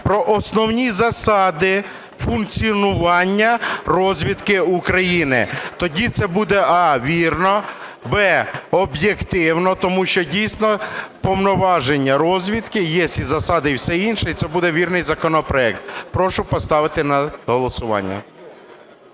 про основні засади функціонування розвідки України. Тоді це буде: а) вірно, б) об'єктивно, тому що, дійсно, повноваження розвідки є і засади, і все інше, і це буде вірний законопроект. Прошу поставити на голосування.